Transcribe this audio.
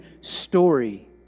story